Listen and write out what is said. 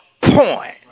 point